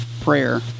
prayer